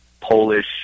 Polish